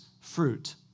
fruit